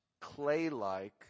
clay-like